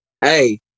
Hey